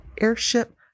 airship